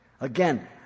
Again